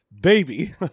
baby